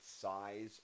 size